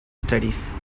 studies